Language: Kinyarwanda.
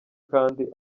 kandi